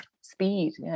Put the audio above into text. speed